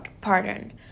pardon